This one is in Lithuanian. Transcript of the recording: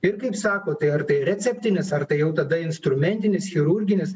ir kaip sako tai ar tai receptinis ar tai jau tada instrumentinis chirurginis